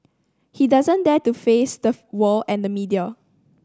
he doesn't dare to face the world and the media